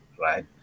right